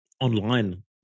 online